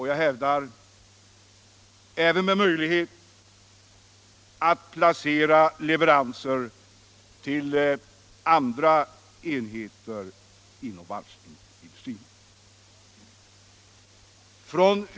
Jag hävdar att den även ger möjlighet att placera leveranser inom andra enheter inom varvsindustrin.